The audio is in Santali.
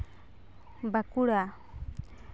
ᱵᱟᱸᱠᱩᱲᱟ